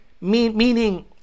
meaning